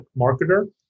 marketer